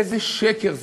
איזה שקר זה,